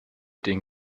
den